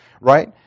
right